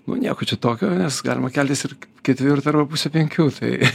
nu nieko čia tokio nes galima keltis ir ketvirtą arba pusę penkių tai